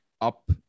up